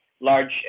large